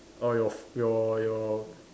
orh your f~ your your